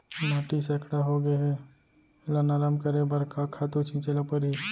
माटी सैकड़ा होगे है एला नरम करे बर का खातू छिंचे ल परहि?